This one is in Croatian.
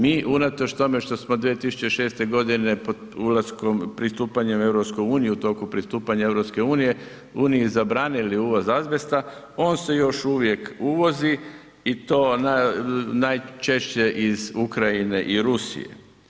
Mi unatoč tome što smo 2006. g. ulaskom, pristupanjem u EU, u toku pristupanja EU-i zabranili uvoz azbesta, on se još uvijek uvozi i to najčešće iz Ukrajine i Rusije.